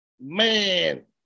Man